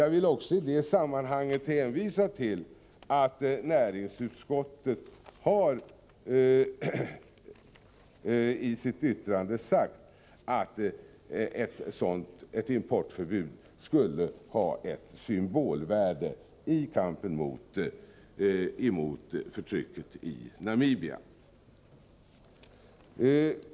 Jag vill i detta sammanhang hänvisa till att näringsutskottet i sitt yttrande har sagt att ett importförbud skulle ha ett symbolvärde i kampen mot förtrycket i Namibia.